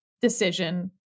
decision